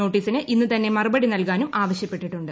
നോട്ടീസിന് ഇന്നുതന്നെ മറുപടി നൽകാനും ആവശ്യപ്പെട്ടിട്ടുണ്ട്